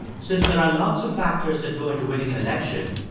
since there are lots of factors that go into winning an election,